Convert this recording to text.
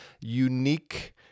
unique